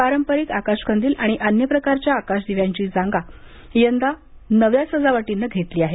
पारंपरिक आकाशकंदील आणि अन्य प्रकारच्या आकाशदिव्यांची जागा यंदा या नव्या सजावटीं घेतली आहे